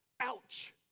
ouch